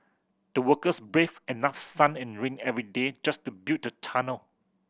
the workers braved enough sun and rain every day just to build the tunnel